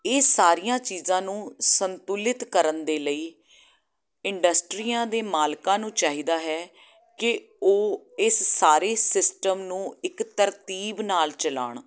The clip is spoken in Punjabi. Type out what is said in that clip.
ਇਹ ਸਾਰੀਆਂ ਚੀਜ਼ਾਂ ਨੂੰ ਸੰਤੁਲਿਤ ਕਰਨ ਦੇ ਲਈ ਇੰਡਸਟਰੀਆਂ ਦੇ ਮਾਲਕਾਂ ਨੂੰ ਚਾਹੀਦਾ ਹੈ ਕਿ ਉਹ ਇਹ ਸਾਰੇ ਸਿਸਟਮ ਨੂੰ ਇੱਕ ਤਰਤੀਬ ਨਾਲ ਚਲਾਉਣ